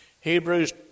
Hebrews